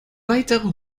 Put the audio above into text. weitere